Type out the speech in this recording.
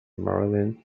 merlin